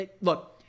look